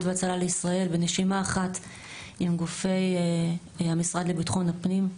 והצלה לישראל בנשימה אחת עם גופי המשרד לביטחון הפנים.